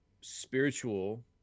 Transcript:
spiritual